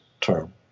term